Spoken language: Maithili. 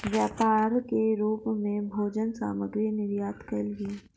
व्यापार के रूप मे भोजन सामग्री निर्यात कयल गेल